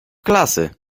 klasy